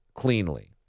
Cleanly